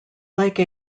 like